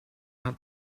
out